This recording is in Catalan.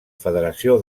federació